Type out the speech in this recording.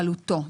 מוגבלותו.